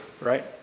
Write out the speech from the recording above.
right